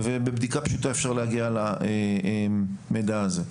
ובבדיקה פשוטה אפשר להגיע למידע הזה.